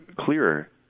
clearer